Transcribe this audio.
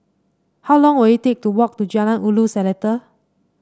how long will it take to walk to Jalan Ulu Seletar